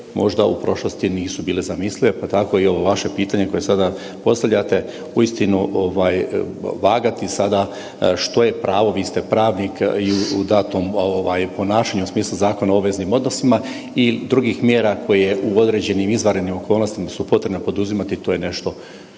možda u prošlosti nisu bile zamislive, pa tako i ovo vaše pitanje koje sada postavljate, uistinu vagati sada što je pravo, vi ste pravnik u datom ovaj ponašanju u smislu Zakona o obveznim odnosima i drugim mjera koje u određenim izvanrednim okolnostima su potrebne poduzimati to je nešto